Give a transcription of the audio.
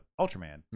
Ultraman